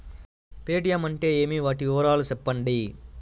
Paytm అంటే ఏమి, వాటి వివరాలు సెప్పండి?